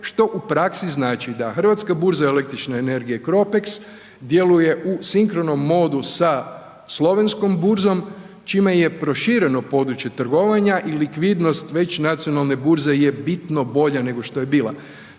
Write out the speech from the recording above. što u praksi znači da hrvatska burza električne energije CROPEX djeluje u sinkronom modu sa slovenskom burzom čime je prošireno područje trgovanja i likvidnost već nacionalne burze je bitna bolja nego što je bila.